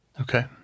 Okay